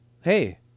hey